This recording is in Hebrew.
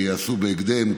וייעשו בהקדם,